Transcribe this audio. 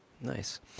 Nice